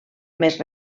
més